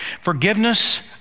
Forgiveness